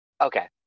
Okay